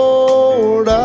Lord